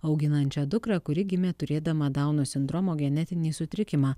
auginančią dukrą kuri gimė turėdama dauno sindromo genetinį sutrikimą